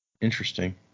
Interesting